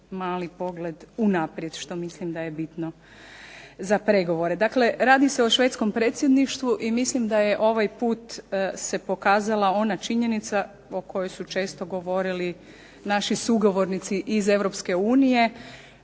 mali pogled unaprijed što mislim da je bitno za pregovore. Dakle, radi se o švedskom predsjedništvu i mislim da je ovaj put se pokazala ona činjenica o kojoj su često govorili naši sugovornici iz